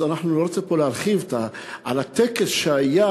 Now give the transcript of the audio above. אני לא רוצה להרחיב על הטקס שהיה,